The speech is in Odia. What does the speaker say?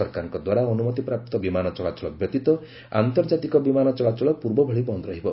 ସରକାରଙ୍କ ଦ୍ୱାରା ଅନୁମତିପ୍ରାପ୍ତ ବିମାନ ଚଳାଚଳ ବ୍ୟତୀତ ଆନ୍ତର୍ଜାତିକ ବିମାନ ଚଳାଚଳ ପୂର୍ବଭଳି ବନ୍ଦ ରହିବ